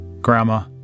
grandma